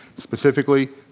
specifically,